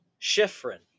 Schifrin